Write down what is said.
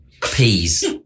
Peas